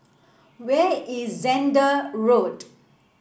where is Zehnder Road